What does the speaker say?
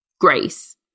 Grace